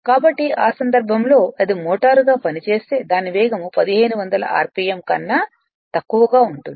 కాబట్టి ఆ సందర్భంలో అది మోటారుగా పనిచేస్తే దాని వేగం 1500 RPM కన్నా తక్కువగా ఉంటుంది